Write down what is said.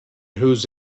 whose